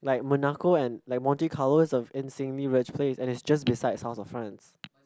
like Monaco and like Monte-Carlo is a insanely rich place and it's just beside South of France